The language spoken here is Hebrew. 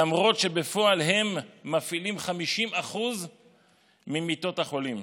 למרות שבפועל הם מפעילים 50% ממיטות החולים.